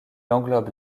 englobe